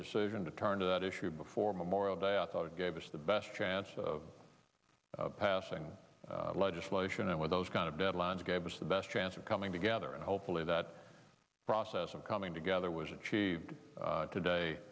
decision to turn to that issue before memorial day i thought it gave us the best chance of passing legislation and with those kind of deadlines gave us the best chance of coming together and hopefully that process of coming together was achieved today